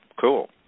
Cool